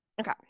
Okay